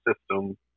system